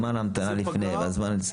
זמן ההמתנה לפני והזמן.